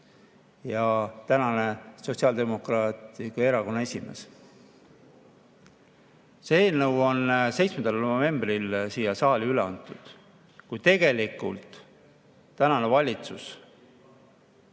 ja tänane Sotsiaaldemokraatliku Erakonna esimees. See eelnõu on 7. novembril siia saali üle antud ja kui tegelikult tänane valitsus